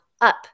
up